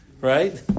Right